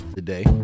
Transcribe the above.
Today